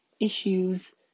issues